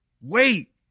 wait